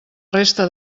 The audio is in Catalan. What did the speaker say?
resta